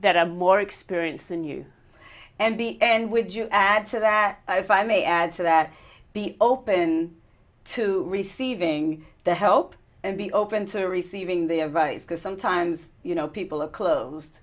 that i'm more experienced than you and be and with you add to that if i may add to that be open to receiving the help and be open to receiving the advice because sometimes you know people are closed